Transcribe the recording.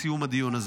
בסיום הדיון הזה.